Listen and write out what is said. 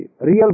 real